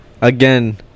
again